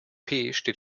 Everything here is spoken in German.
steht